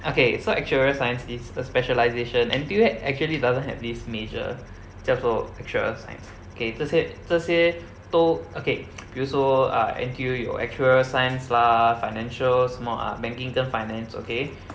okay so actuarial science is a specialisation N_T_U actually doesn't have this major 叫做 acturial science kay 这些这些都 okay 比如说 uh N_T_U 有 actuarial science lah financial 什么 ah banking 跟 finance okay